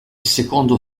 secondo